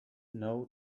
know